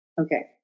Okay